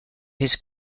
his